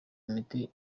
imiti